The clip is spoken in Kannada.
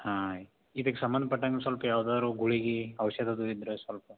ಹಾಂ ಇದಕ್ಕೆ ಸಂಬಂಧ ಪಟ್ಟಂಗೆ ಸೊಲ್ಪ ಯಾವ್ದಾರು ಗುಳಿಗಿ ಔಷಧ ಅದು ಇದ್ದರೆ ಸ್ವಲ್ಪ